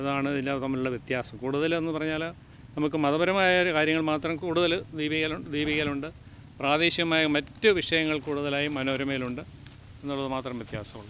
അതാണ് ഇത് തമ്മിലുള്ള വ്യത്യാസം കൂടുതലെന്നു പറഞ്ഞാൽ നമുക്കു മതപരമായൊരു കാര്യങ്ങൾ കൂടുതൽ ദീപികേല് ദീപികയിലുണ്ട് പ്രാദേശികമായ മറ്റു വിഷയങ്ങൾ കൂടുതലായും മനോരമയിലുണ്ട് എന്നുള്ളതു മാത്രം വ്യത്യാസമുള്ളത്